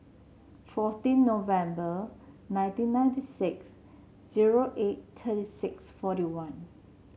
fourteen November nineteen ninety six zero eight thirty six forty one